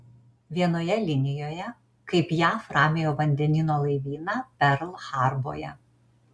vienoje linijoje kaip jav ramiojo vandenyno laivyną perl harbore